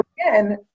again